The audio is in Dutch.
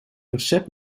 recept